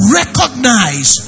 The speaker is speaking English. recognize